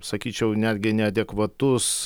sakyčiau netgi neadekvatus